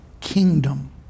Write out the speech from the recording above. kingdom